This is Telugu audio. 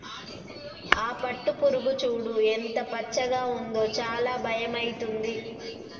ఆ పట్టుపురుగు చూడు ఎంత పచ్చగా ఉందో చాలా భయమైతుంది